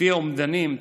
לפי האומדנים,